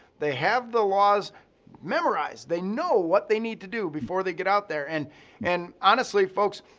they have the laws memorized. they know what they need to do before they get out there. and and honestly folks,